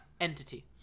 entity